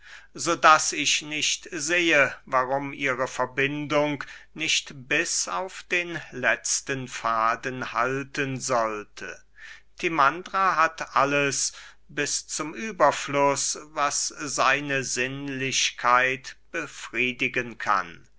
daß ich nicht sehe warum ihre verbindung nicht bis auf den letzten faden halten sollte timandra hat alles bis zum überfluß was seine sinnlichkeit befriedigen kann